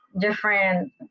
different